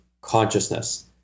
consciousness